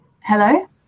hello